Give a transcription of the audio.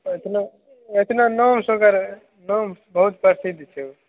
एतना एतना नाम सऽ ओकर नाम बहुत प्रसिद्ध छै ओ